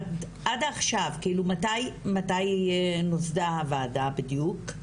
עד עכשיו, כאילו, מתי נוסדה הוועדה בדיוק?